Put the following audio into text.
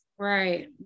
right